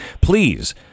please